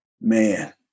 man